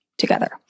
together